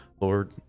Lord